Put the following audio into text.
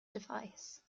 device